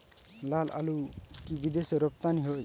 লালআলু কি বিদেশে রপ্তানি হয়?